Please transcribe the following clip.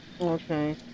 okay